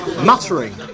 Muttering